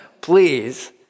please